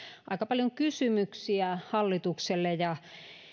aika paljon kysymyksiä hallitukselle ja